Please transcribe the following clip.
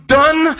done